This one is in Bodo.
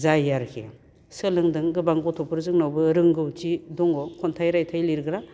जायो आरोखि सोलोंदों गोबां गथ'फोर जोंनावबो रोंगौथि दङ खन्थाइ रायथाइ लिरग्रा